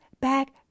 back